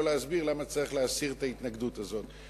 להסביר למה צריך להסיר את ההתנגדות הזאת.